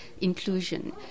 inclusion